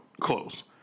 close